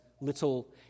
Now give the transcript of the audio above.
little